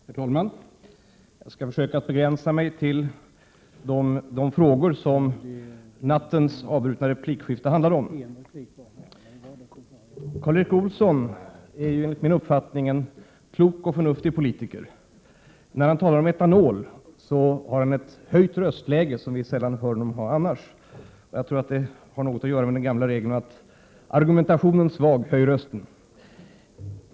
Herr talman! Jag skall försöka begränsa mitt anförande till de frågor som nattens avbrutna replikskifte handlade om. Karl Erik Olsson är enligt min uppfattning en klok och förnuftig politiker. När han talar om etanol har han ett höjt röstläge som vi sällan hör honom ha annars. Jag tror att det har något att göra med den gamla regeln: Argumentationen svag, höj rösten!